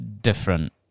different